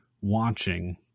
watching